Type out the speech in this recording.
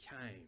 came